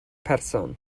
person